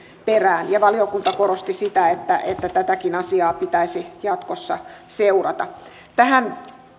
perään valiokunta korosti sitä että tätäkin asiaa pitäisi jatkossa seurata tähän